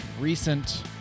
recent